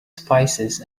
spices